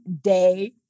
day